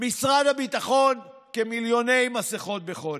משרד הביטחון, מיליוני מסכות בחודש.